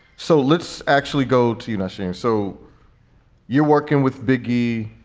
so let's actually go to you listening. so you're working with biggie.